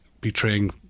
betraying